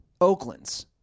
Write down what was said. Oakland's